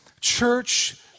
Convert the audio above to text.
Church